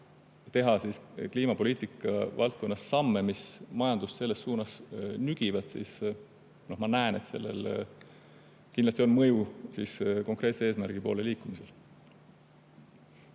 teha kliimapoliitika valdkonnas samme, mis majandust selles suunas nügivad, siis ma näen, et sellel kindlasti on mõju konkreetse eesmärgi poole liikumisel.